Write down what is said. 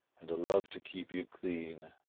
and a love to keep you clean,